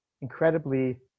incredibly